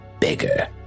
bigger